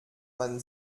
man